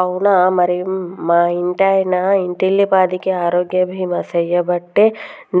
అవునా మరి మా ఇంటాయన ఇంటిల్లిపాదికి ఆరోగ్య బీమా సేయబట్టి